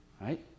right